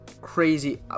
crazy